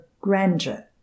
grandeur